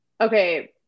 Okay